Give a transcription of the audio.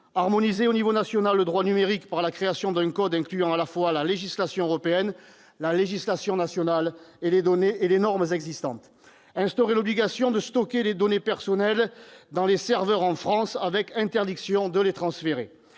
harmoniser au niveau national le droit numérique par la création d'un code incluant à la fois la législation européenne, la législation nationale et les normes existantes ; instaurer l'obligation de stocker les données personnelles dans des serveurs en France, avec interdiction de les transférer